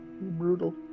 Brutal